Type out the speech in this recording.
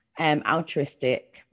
altruistic